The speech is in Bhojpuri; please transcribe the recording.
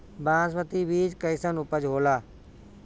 बासमती बीज कईसन उपज होला?